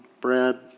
Brad